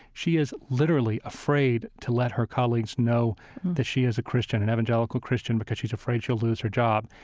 she is literally afraid to let her colleagues know that she is a christian, an evangelical christian, because she's afraid she'll lose her job.